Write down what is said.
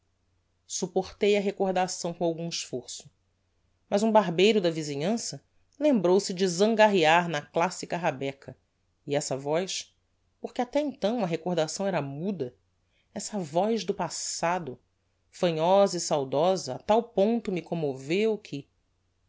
supportei a recordação com algum esforço mas um barbeiro da visinhança lembrou-se de zangarrear na classica rabeca e essa voz porque até então a recordação era muda essa voz do passado fanhosa e saudosa a tal ponto me commoveu que